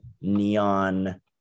neon